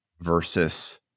versus